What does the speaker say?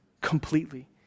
completely